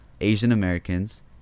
Asian-Americans